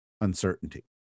uncertainty